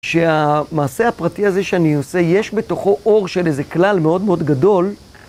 שהמעשה הפרטי הזה שאני עושה, יש בתוכו אור של איזה כלל מאוד מאוד גדול.